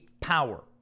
power